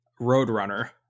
Roadrunner